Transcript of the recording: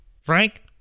Frank